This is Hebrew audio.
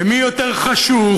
מי יותר חשוך,